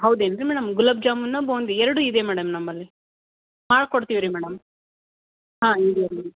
ಹೌದೇನು ರೀ ಮೇಡಮ್ ಗುಲಾಬ್ ಜಾಮೂನು ಬೂಂದಿ ಎರಡೂ ಇದೆ ಮೇಡಮ್ ನಮ್ಮಲ್ಲಿ ಮಾಡ್ಕೊಡ್ತೀವಿ ರೀ ಮೇಡಮ್ ಹಾಂ